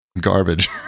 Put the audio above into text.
garbage